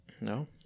No